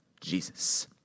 Jesus